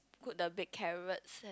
put the baked carrots